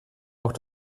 auch